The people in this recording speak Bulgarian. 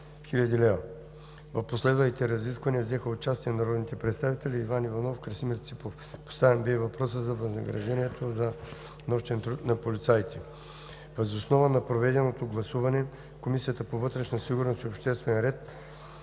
В последвалите разисквания взеха участие народните представители Иван Иванов и Красимир Ципов. Поставен бе въпросът за възнаграждението за нощен труд на полицаите. Въз основа на проведеното гласуване Комисията по вътрешна сигурност и обществен ред